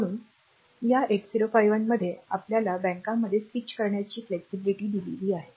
म्हणूनच या 8051 मध्ये आपल्याला बँकांमध्ये स्विच करण्याची लवचिकता मिळाली आहे